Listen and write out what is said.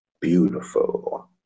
beautiful